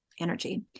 energy